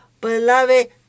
Beloved